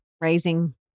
raising